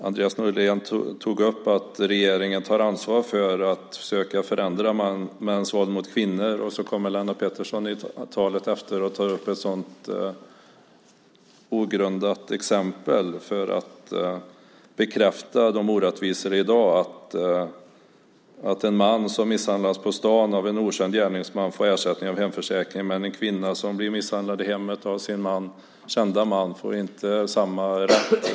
Andreas Norlén tog upp att regeringen tar ansvar för att försöka förändra mäns våld mot kvinnor, och så tar Lennart Pettersson i talet efter upp ett ogrundat exempel för att bekräfta de orättvisor som finns i dag. Det gäller att en man som misshandlas på stan av en okänd gärningsman får ersättning från hemförsäkringen men en kvinna som blir misshandlad i hemmet av sin kände man inte får samma rätt.